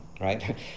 right